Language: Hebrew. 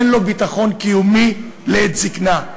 אין לו ביטחון קיומי לעת זיקנה.